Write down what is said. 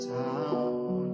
town